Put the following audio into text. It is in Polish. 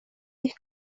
ich